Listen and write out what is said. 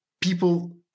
people